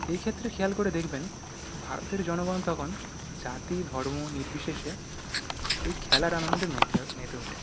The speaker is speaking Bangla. এই ক্ষেত্রে খেয়াল করে দেখবেন ভারতের জনগণ তখন জাতি ধর্ম নির্বিশেষে ওই খেলার আনন্দে মেতে মেতে ওঠে